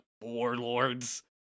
warlords